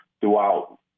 throughout